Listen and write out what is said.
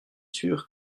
sûr